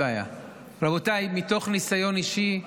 רבותיי, מתוך ניסיון אישי,